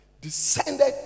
descended